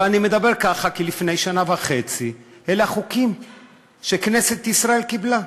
אבל אני מדבר ככה כי לפני שנה וחצי אלה החוקים שכנסת ישראל קיבלה.